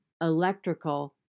electrical